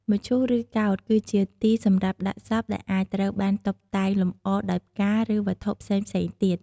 មឈូស ឬកោដ្ឋ គឺជាទីសម្រាប់ដាក់សព ដែលអាចត្រូវបានតុបតែងលម្អដោយផ្កា ឬវត្ថុផ្សេងៗទៀត។